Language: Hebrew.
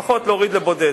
לפחות להוריד לבודד.